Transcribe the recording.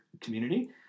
community